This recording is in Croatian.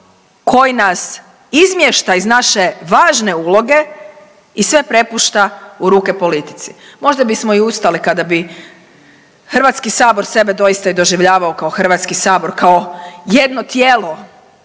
koji nas izmješta iz naše važne uloge i sve prepušta u ruke politici. Možda bismo i ustali kada bi Hrvatski sabor sebe doista i doživljavao kao Hrvatski sabor, kao jedno tijelo